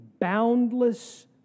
boundless